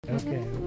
Okay